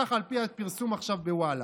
ככה על פי הפרסום עכשיו בוואלה.